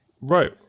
Right